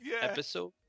episode